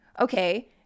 okay